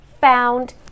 found